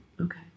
Okay